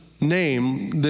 Name